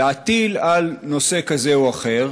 להטיל על נושא כזה או אחר.